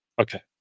Okay